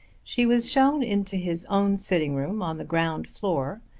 she was shown into his own sitting-room on the ground floor,